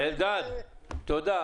אלדד, תודה.